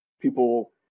people